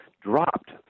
dropped